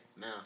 now